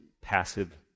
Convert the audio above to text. passive